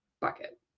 bucket